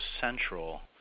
central